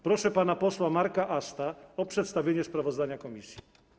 Proszę pana posła Marka Asta o przedstawienie sprawozdania komisji.